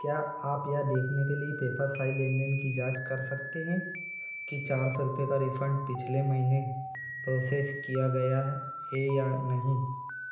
क्या आप यह देखने के लिए पेपर फाइल लेन देन की जाँच कर सकते हैं कि चार सौ रुपये का रिफ़ंड पिछले महीने प्रोसेस किया गया है हे या नहीं